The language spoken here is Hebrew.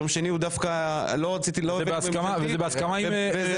יום שני הוא בהסכמה עם האופוזיציה.